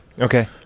Okay